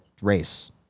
race